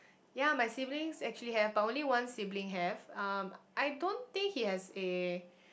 ya my siblings actually have but only one sibling have I don't think he have a